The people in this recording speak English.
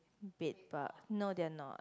bed bug not they are not